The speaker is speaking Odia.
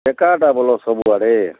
ଏକାଟା ବୋଲ ସବୁ ଆଡ଼େ